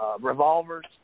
revolvers